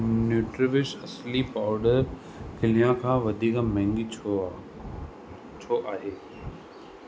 nutri wish अलसी powder हिन खां वधीक महांगी छो आहे छो आहे